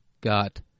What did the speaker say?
got